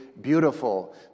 beautiful